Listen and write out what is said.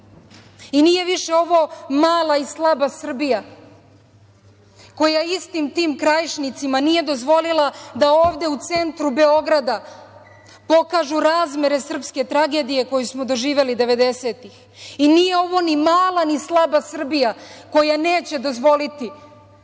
nije više ovo mala i slaba Srbija koja istim tim Krajišnicima nije dozvolila da ovde u centru Beograda pokažu razmere srpske tragedije koju smo doživeli devedesetih i nije ovo ni mala ni slaba Srbija koja neće dozvoliti